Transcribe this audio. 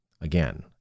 again